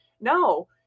No